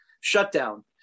shutdown